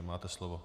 Máte slovo.